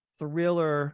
thriller